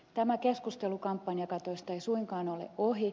tämä keskustelu kampanjakatoista ei suinkaan ole ohi